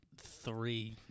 three